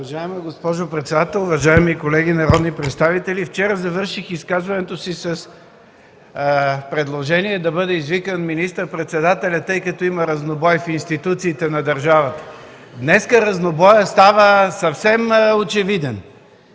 Уважаема госпожо председател, уважаеми колеги народни представители! Вчера завърших изказването си с предложение да бъде извикан министър-председателят, тъй като има разнобой в институциите на държавата. Днес разнобоят става съвсем очевиден